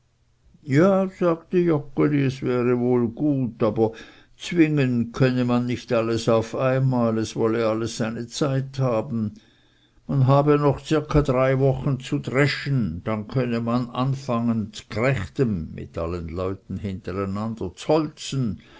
ja sagte joggeli es wäre wohl gut aber zwingen könne man nicht alles auf einmal es wolle alles seine zeit haben man habe noch zirka drei wochen zu dreschen dann könne man anfangen z'grechtem z'holzen